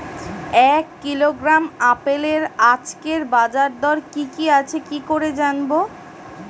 এক কিলোগ্রাম আপেলের আজকের বাজার দর কি কি আছে কি করে জানবো?